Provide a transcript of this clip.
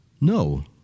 No